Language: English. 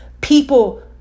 People